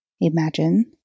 Imagine